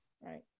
right